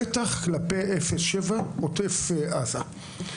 בטח כלפי 07 עוטף עזה.